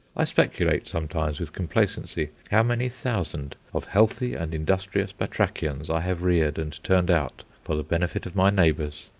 i speculate sometimes with complacency how many thousand of healthy and industrious batrachians i have reared and turned out for the benefit of my neighbours.